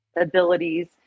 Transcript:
abilities